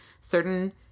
certain